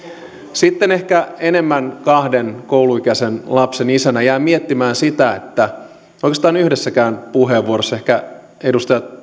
sitten ehkä enemmän kahden kouluikäisen lapsen isänä jäin miettimään sitä että oikeastaan yhdessäkään puheenvuorossa ehkä edustaja